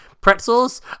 Pretzels